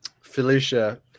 Felicia